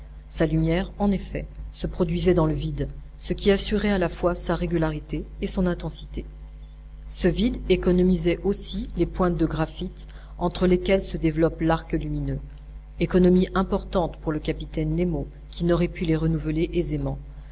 sa lumière en effet se produisait dans le vide ce qui assurait à la fois sa régularité et son intensité ce vide économisait aussi les pointes de graphite entre lesquelles se développe l'arc lumineux économie importante pour le capitaine nemo qui n'aurait pu les renouveler aisément